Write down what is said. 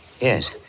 Yes